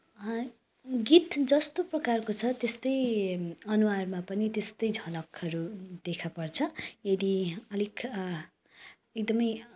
गीत जस्तो प्रकारको छ त्यस्तै अनुहारमा पनि त्यस्तै झलकहरू देखापर्छ यदि अलिक एकदमै